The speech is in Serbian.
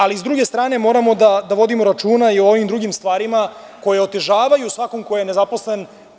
Ali, s druge strane moramo da vodimo računa i o ovim drugim stvarima koje otežavaju svakom ko je nezaposlen.